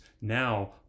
now